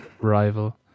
rival